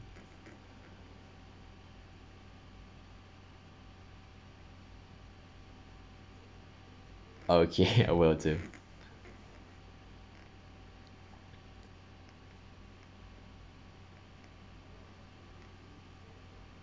okay uh will do